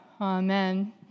Amen